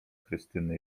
krystyny